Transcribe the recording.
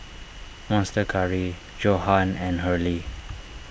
Monster Curry Johan and Hurley